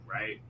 right